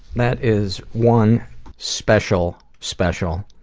that is one special, special,